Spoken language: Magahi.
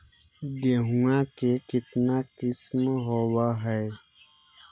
गेहूमा के कितना किसम होबै है?